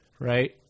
right